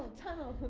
tunnel.